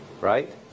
right